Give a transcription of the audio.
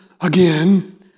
again